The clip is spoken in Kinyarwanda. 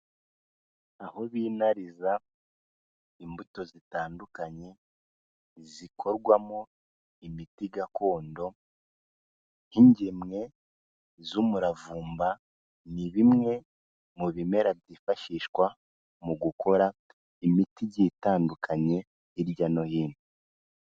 Aho binariza imbuto zitandukanye, zikorwamo imiti gakondo nk'ingemwe z'umuravumba, ni bimwe mu bimera byifashishwa mu gukora imiti igiye itandukanye, hirya no hino.